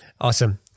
Awesome